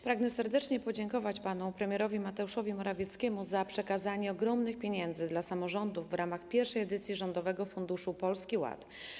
Pragnę serdecznie podziękować panu premierowi Mateuszowi Morawieckiemu za przekazanie ogromnych pieniędzy dla samorządów w ramach pierwszej edycji rządowego funduszu Polski Ład.